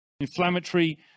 Inflammatory